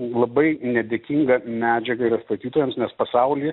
labai nedėkinga medžiaga yra statytojams nes pasaulį